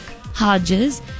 Hodges